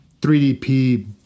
3DP